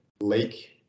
lake